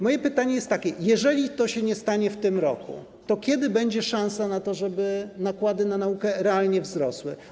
Moje pytanie jest takie: Jeżeli to się nie stanie w tym roku, to kiedy będzie szansa na to, żeby nakłady na naukę realnie wzrosły?